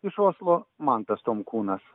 iš oslo mantas tomkūnas